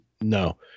no